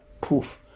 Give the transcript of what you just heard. poof